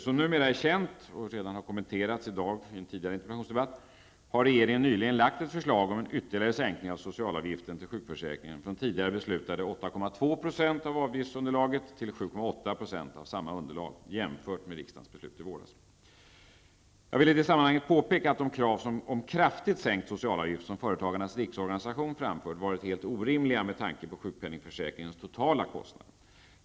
Som numera är känt, och redan har kommenterats i dag i en tidigare interpellationsdebatt, har regeringen nyligen lagt ett förslag om en ytterligare sänkning av socialavgiften till sjukförsäkringen, från tidigare beslutade 8,2 % av avgiftsunderlaget till 7,8 % av samma underlag. Detta kan jämföras med riksdagens beslut i våras. Jag vill i det sammanhanget påpeka att de krav om kraftigt sänkt socialavgift som Företagarnas riksorganisation framfört varit helt orimliga med tanke på sjukpenningförsäkringens totala kostnader.